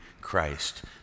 christ